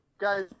Guys